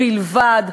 בלבד,